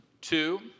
Two